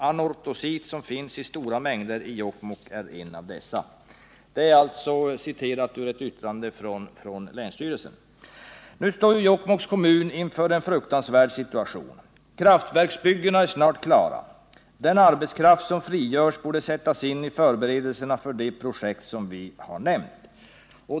Anortosit, som finns i stora mängder i Jokkmokk, är en av dessa.” Kraftverksbyggena är snart klara. Den arbetskraft som frigörs borde sättas in i förberedelsearbetena för de projekt vi har nämnt.